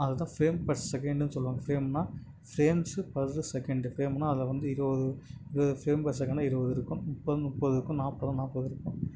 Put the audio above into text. அது தான் frame per செகண்டுன்னு சொல்லுவாங்க ஃப்ரேம்னா ஃப்ரேம்ஸு பர்ரு செகண்டுக்கு ஃப்ரேம்னா அதை வந்து இதோ இது ஃப்ரேம் பர் செகண்ட்னா இருபது இருக்கும் முப்பது முப்பது இருக்கும் நாற்பது நாற்பது இருக்கும்